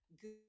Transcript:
good